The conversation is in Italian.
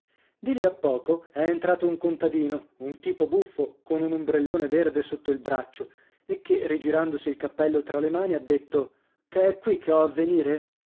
di lì a poco è entrato un contadino un tipo buffo con un ombrellone verde sotto il braccio e che rigirandosi il cappello tra le mani ha detto che è qui che ho